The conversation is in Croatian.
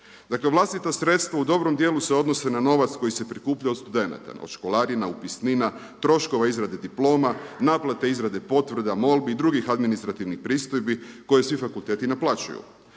Dakle vlastita sredstva u dobrom djelu se odnose na novac koji se prikuplja od studenata, od školarina, upisnina, troškova izrade diploma, naplate izrade potvrda, molbi i drugih administrativnih pristojbi koje svi fakulteti naplaćuju.